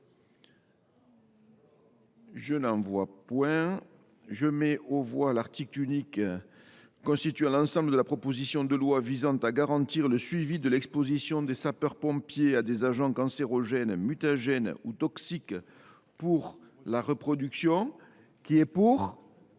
demande la parole ?… Je mets aux voix l’article unique constituant l’ensemble de la proposition de loi visant à garantir le suivi de l’exposition des sapeurs pompiers à des agents cancérogènes, mutagènes ou toxiques pour la reproduction. Belle